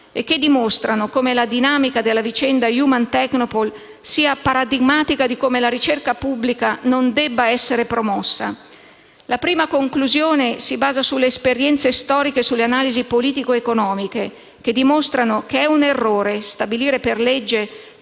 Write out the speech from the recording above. e che dimostrano come la dinamica della vicenda Human Technopole sia paradigmatica di come la ricerca pubblica non debba essere promossa. La prima conclusione si basa sulle esperienze storiche e sulle analisi politico-economiche, che dimostrano che è un errore stabilire per legge